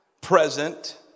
present